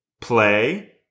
play